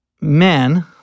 men